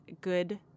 good